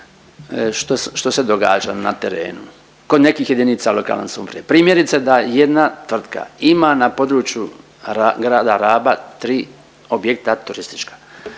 što se događa na terenu. Kod nekih jedinica lokalne samouprave primjerice da jedna tvrtka ima na području grada Raba tri objekta turistička.